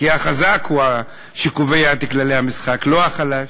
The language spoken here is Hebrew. כי החזק הוא שקובע את כללי המשחק, לא החלש.